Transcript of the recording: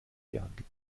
gehandelt